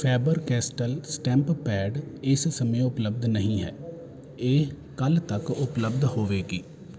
Faber Castell stamp pad ਇਸ ਸਮੇਂ ਉਪਲੱਬਧ ਨਹੀਂ ਹੈ ਇਹ ਕੱਲ੍ਹ ਤੱਕ ਉਪਲੱਬਧ ਹੋਵੇਗੀ